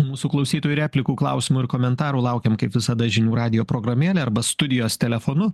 mūsų klausytojų replikų klausimų ir komentarų laukiam kaip visada žinių radijo programėlėj arba studijos telefonu